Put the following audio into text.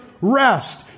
rest